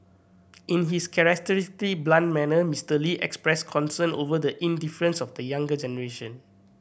in his characteristically blunt manner Mister Lee expressed concern over the indifference of the younger generation